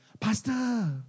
Pastor